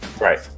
Right